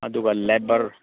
ꯑꯗꯨꯒ ꯂꯦꯕꯔ